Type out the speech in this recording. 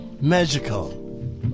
Magical